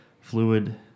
fluid